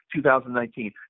2019